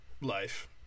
life